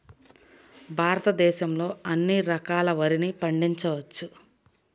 భారతదేశంలో ఎన్ని రకాల వరిని పండించవచ్చు